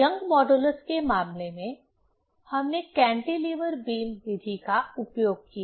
young modulus के मामले में हमने कैंटीलीवर बीम विधि का उपयोग किया